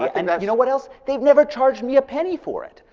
and you know what else? they've never charged me a penny for it.